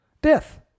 Death